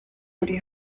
buri